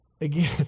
Again